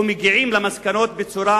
והם מגיעים למסקנות בצורה